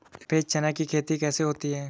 सफेद चना की खेती कैसे होती है?